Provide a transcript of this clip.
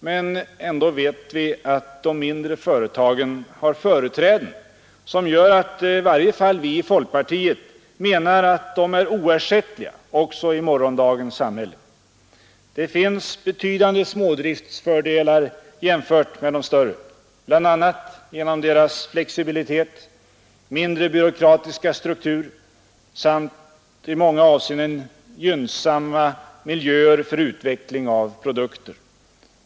Men ändå vet vi att de mindre företagen har företräden som gör att i varje fall vi i folkpartiet menar att de är oersättliga också i morgondagens samhälle. Det finns betydande smådriftsfördelar bl.a. genom dessa företags flexibilitet, mindre byråkratiska struktur samt i många avseenden gynnsamma miljöer för utveckling av produkter.